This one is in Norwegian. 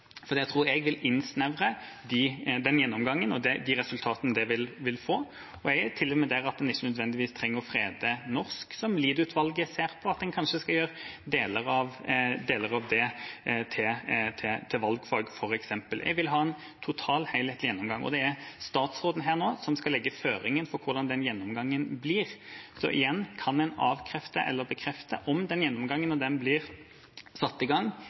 Det tror jeg vil innsnevre den gjennomgangen og de resultatene det vil få. Jeg er til og med der at en ikke nødvendigvis trenger å frede norsk, som Lied-utvalget ser på at en kanskje skal gjøre deler av til valgfag f.eks. Jeg vil ha en total, helhetlig gjennomgang, og det er statsråden som skal legge føringene for hvordan den gjennomgangen blir. Så igjen: Kan en avkrefte eller bekrefte om den gjennomgangen, når den blir satt i gang,